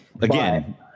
again